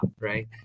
right